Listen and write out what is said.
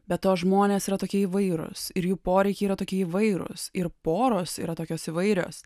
be to žmonės yra tokie įvairūs ir jų poreikiai yra tokie įvairūs ir poros yra tokios įvairios